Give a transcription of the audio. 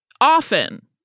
often